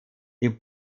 die